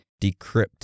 decrypt